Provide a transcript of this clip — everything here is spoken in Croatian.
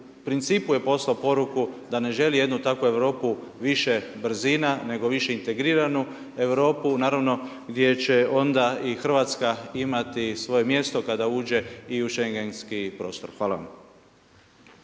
principu je poslao poruku da ne želi jednu takvu Europu više brzina, nego više integriranu Europu, naravno gdje će onda i Hrvatska imati svoje mjesto kada uđe i u schengenski prostor. Hvala vam.